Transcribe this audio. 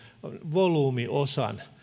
volyymiosan